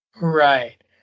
Right